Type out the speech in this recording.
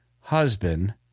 husband